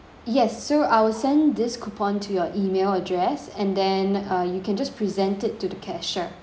yes so I'll send this coupon to your E mail address and then uh you can just present it to the cashier